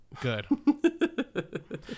good